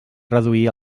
reduir